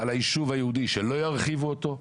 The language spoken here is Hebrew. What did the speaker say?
על היישוב היהודי שלא ירחיבו אותו.